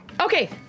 Okay